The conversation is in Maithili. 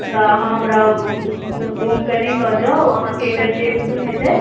तऽ अहाँ हमरा डोमके नहि लऽ जाउ अहाँकेँ एकर जे मूल्य हेतै